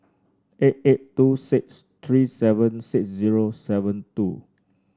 eight eight two six three seven six zero seven two